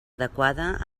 adequada